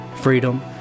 freedom